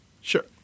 Sure